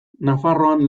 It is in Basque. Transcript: nafarroan